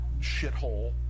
Shithole